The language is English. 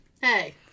Hey